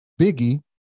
Biggie